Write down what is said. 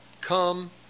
come